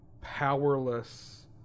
powerless